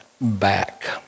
back